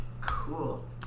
cool